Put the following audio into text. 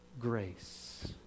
grace